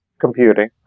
computing